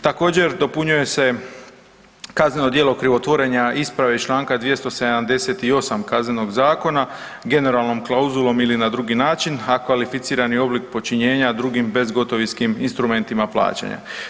Također, dopunjuje se kazneno djelo krivotvorenja isprave iz čl. 278 Kaznenog zakona generalnom klauzulom ili na drugi način, a kvalificirani oblik počinjenja drugim bezgotovinskim instrumentima plaćanja.